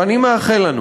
ואני מאחל לנו